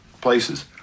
places